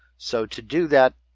so to do that,